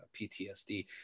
PTSD